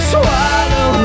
Swallow